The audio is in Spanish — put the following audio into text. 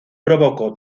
provocó